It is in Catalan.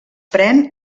pren